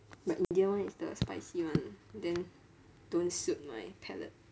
but india [one] is the spicy one then don't suit my palate